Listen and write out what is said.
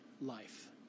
Life